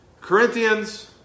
Corinthians